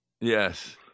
Yes